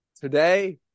today